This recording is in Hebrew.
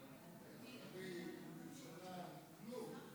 אין שרים, אין ממשלה, אין כלום.